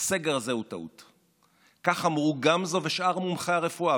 שהוקמה לפני כארבעה חודשים?